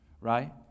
right